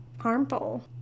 harmful